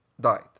died